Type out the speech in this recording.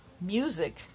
music